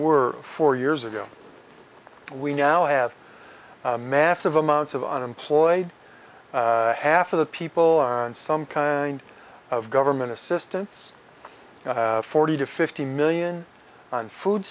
were four years ago we now have massive amounts of unemployed half of the people on some kind of government assistance forty to fifty million on food